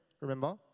remember